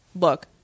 Look